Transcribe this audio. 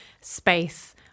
space